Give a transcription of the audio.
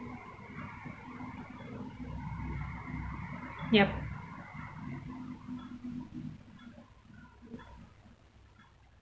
yup